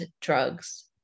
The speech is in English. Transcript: drugs